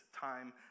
time